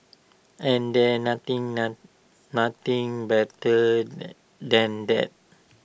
and there's nothing noun nothing better than that